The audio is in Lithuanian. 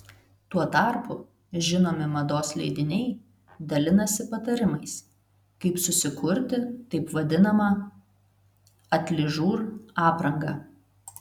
tuo tarpu žinomi mados leidiniai dalinasi patarimais kaip susikurti taip vadinamą atližur aprangą